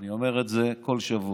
אני אומר את זה כל שבוע.